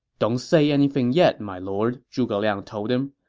don't say anything yet, my lord, zhuge liang told him.